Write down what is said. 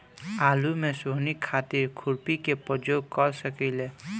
आलू में सोहनी खातिर खुरपी के प्रयोग कर सकीले?